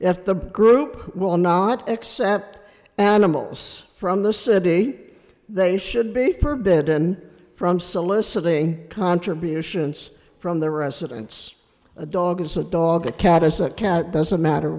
if the group will not accept animals from the city they should be per bed and from soliciting contributions from the residents a dog is a dog a cat is a cat doesn't matter